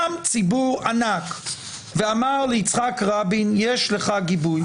גם ציבור ענק ואמר ליצחק רבין יש לך גיבוי,